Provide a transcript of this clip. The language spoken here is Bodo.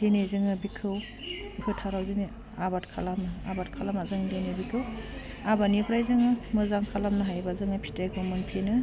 दिनै जोङो बेखौ फोथाराव जोंनि आबाद खालामो आबाद खालामना जों दिनै बेखौ आबादनिफ्राय जोङो मोजां खालामनो हायोबा जोङो फिथाइखौ मोनफिनो